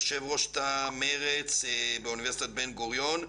יושב-ראש תא מרצ באוניברסיטת בן גוריון,